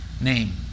name